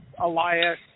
Elias